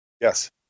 Yes